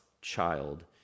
child